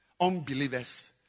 Unbelievers